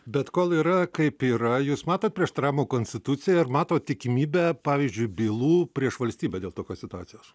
bet kol yra kaip yra jūs matot prieštaravimo konstitucijai ar matot tikimybę pavyzdžiui bylų prieš valstybę dėl tokios situacijos